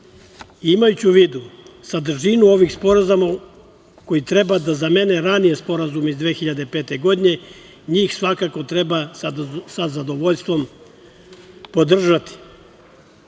Imajući u vidu sadržinu ovih sporazuma koji treba da zamene raniji sporazume iz 2005. godine njih svakako treba sa zadovoljstvom podržati.